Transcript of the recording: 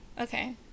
Okay